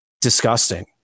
disgusting